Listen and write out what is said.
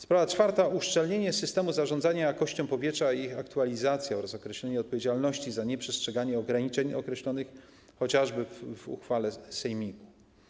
Sprawa czwarta to uszczelnienie systemu zarządzania jakością powietrza i aktualizacja oraz określenie odpowiedzialności za nieprzestrzeganie ograniczeń określonych chociażby w uchwale sejmiku.